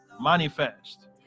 manifest